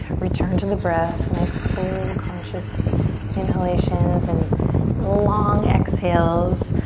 return to the breath, nice full conscious inhalations and long exhales,